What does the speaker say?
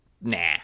nah